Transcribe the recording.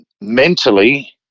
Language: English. Mentally